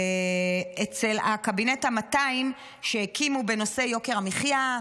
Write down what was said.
אצל הקבינט המאתיים שהקימו בנושא יוקר המחיה,